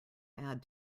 add